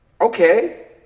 okay